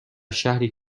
شهری